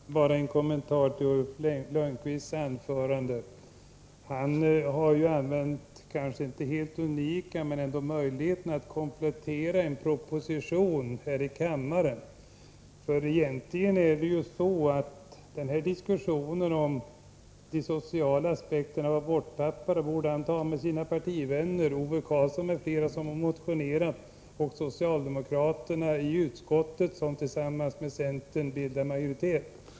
Fru talman! Bara en kommentar till Ulf Lönnqvists anförande. Han har använt den låt vara inte helt unika möjligheten att här i kammaren komplettera en proposition. Egentligen borde han ta diskussionen om att de sociala aspekterna var borttappade med sina partivänner Ove Karlsson m.fl., som har motionerat, och med socialdemokraterna i utskottet, som tillsammans med centern bildar majoritet.